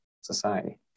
society